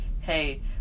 hey